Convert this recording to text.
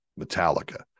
Metallica